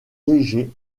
léger